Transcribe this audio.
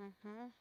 yopanoc.